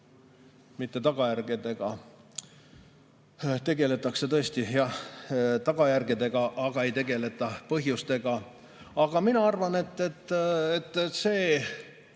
tagajärgedega. Tegeletakse tõesti, jah, tagajärgedega, aga ei tegeleta põhjustega. Aga mina arvan, et see